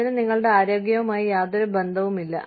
അതിന് നിങ്ങളുടെ ആരോഗ്യവുമായി യാതൊരു ബന്ധവുമില്ല